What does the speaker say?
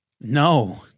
No